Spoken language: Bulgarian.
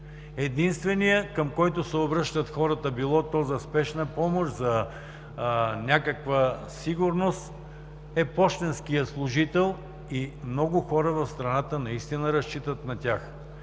Единственият, към когото се обръщат хората – било то за спешна помощ, за някаква сигурност, е пощенският служител и много хора в страната наистина разчитат на тях.